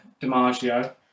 DiMaggio